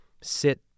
sit